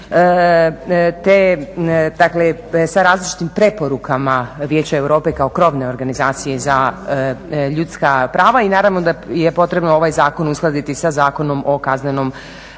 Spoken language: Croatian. sa različitim preporukama Vijeća Europe kao krovne organizacije za ljudska prava i naravno da je potrebno ovaj zakon uskladiti sa Zakonom o kaznenom